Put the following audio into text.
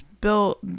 built